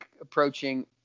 approaching